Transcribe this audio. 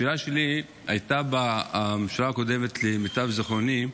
השאלה שלי, הייתה בממשלה הקודמת, למיטב זיכרוני,